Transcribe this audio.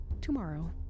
tomorrow